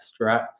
right